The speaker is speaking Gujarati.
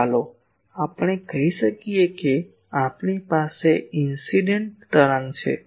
તો ચાલો આપણે કહી શકીએ કે આપણી પાસે ઇન્સીડેંટ તરંગ છે